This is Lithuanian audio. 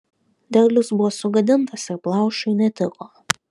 derlius buvo sugadintas ir plaušui netiko